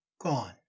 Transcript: gone